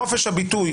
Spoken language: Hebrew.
חופש הביטוי,